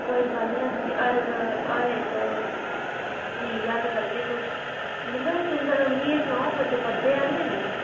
कोई गल्ल नेई अस तुंदी हर इक हर इक चीज हल करगे तुस मतलब तुंदा मिगी एह् सनाओ बच्चे पढ़दे ऐ न जां नेईं